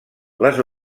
les